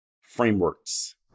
frameworks